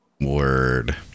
Word